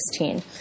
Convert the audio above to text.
2016